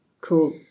Cool